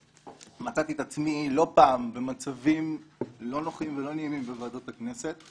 מצאתי את עצמי לא פעם במצבים לא נוחים ולא נעימים בוועדות הכנסת.